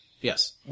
yes